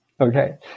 Okay